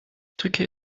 drücke